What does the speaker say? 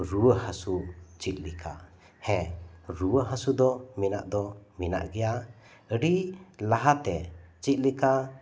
ᱨᱩᱭᱟᱹ ᱦᱟᱹᱥᱩ ᱪᱮᱫ ᱞᱮᱠᱟ ᱦᱮᱸ ᱨᱩᱭᱟᱹ ᱦᱟᱹᱥᱩ ᱫᱚ ᱢᱮᱱᱟᱜ ᱫᱚ ᱢᱮᱱᱟᱜ ᱜᱮᱭᱟ ᱟᱹᱰᱤ ᱞᱟᱦᱟ ᱛᱮ ᱪᱮᱫ ᱞᱮᱠᱟ